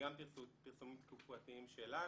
וגם פרסומים תקופתיים שלנו,